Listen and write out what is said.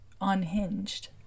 unhinged